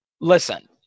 listen